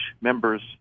members